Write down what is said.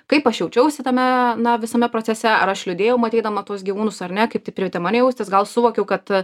kaip aš jaučiausi tame na visame procese ar aš liūdėjau matydama tuos gyvūnus ar ne kaip tai privertė mane jaustis gal suvokiau kad